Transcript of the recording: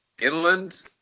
inland